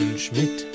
Schmidt